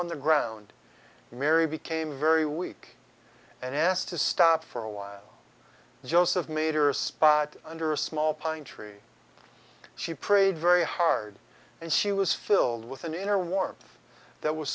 on the ground and mary became very weak and asked to stop for a while joseph meter a spot under a small pine tree she prayed very hard and she was filled with an inner warmth that was